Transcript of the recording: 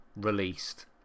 released